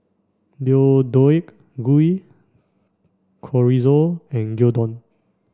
Deodeok Gui Chorizo and Gyudon